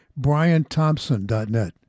BrianThompson.net